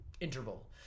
interval